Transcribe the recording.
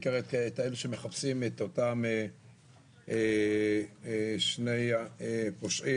בעיקר את אלו שמחפשים את אותם שני פושעים,